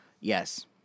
Yes